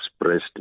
expressed